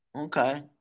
Okay